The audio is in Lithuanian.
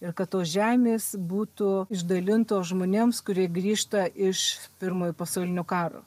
ir kad tos žemės būtų išdalintos žmonėms kurie grįžta iš pirmojo pasaulinio karo